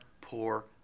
poor